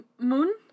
Moon